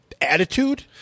attitude